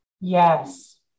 Yes